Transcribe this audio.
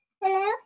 Hello